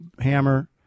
hammer